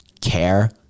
care